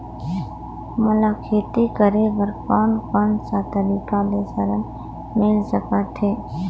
मोला खेती करे बर कोन कोन सा तरीका ले ऋण मिल सकथे?